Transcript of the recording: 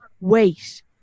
wait